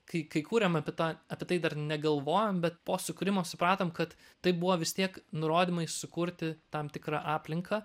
kai kai kūrėm apie tą apie tai dar negalvojom bet po sukūrimo supratom kad tai buvo vis tiek nurodymai sukurti tam tikrą aplinką